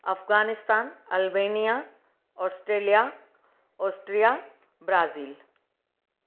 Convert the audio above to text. Afghanistan Albania Australia Austria Brazil